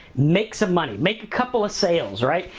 make some money. make a couple of sales, right?